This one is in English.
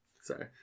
Sorry